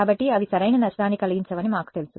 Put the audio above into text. కాబట్టి అవి సరైన నష్టాన్ని కలిగించవని మాకు తెలుసు